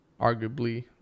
Arguably